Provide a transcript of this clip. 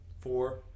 four